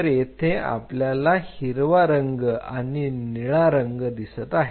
तर येथे आपल्याला हिरवा रंग आणि निळा रंग दिसत आहे